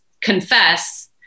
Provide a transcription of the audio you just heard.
confess